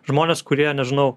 žmonės kurie nežinau